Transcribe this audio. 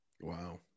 Wow